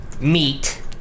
Meat